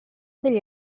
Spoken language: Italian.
degli